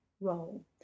role